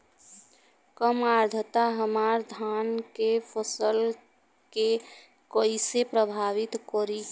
कम आद्रता हमार धान के फसल के कइसे प्रभावित करी?